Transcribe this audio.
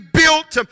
built